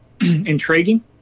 intriguing